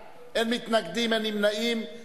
וחבל לי שהשר לביטחון הפנים לא נמצא כאן,